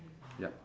yup